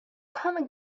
common